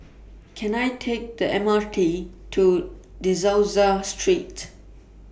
Can I Take The M R T to De Souza Street